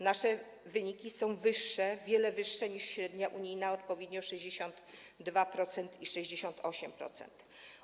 Nasze wyniki są wyższe, o wiele wyższe niż średnia unijna - odpowiednio 62% i 68%.